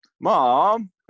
Mom